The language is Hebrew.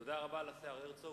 תודה רבה לשר הרצוג.